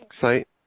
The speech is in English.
site